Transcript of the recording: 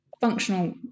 functional